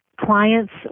clients